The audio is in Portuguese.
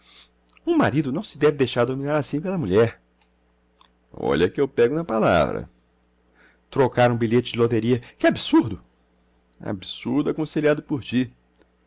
um marido não se deve deixar dominar assim pela mulher olha que eu pego na palavra trocar um bilhete de loteria que absurdo absurdo aconselhado por ti